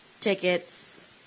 tickets